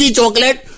chocolate